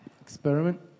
Experiment